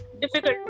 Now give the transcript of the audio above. difficult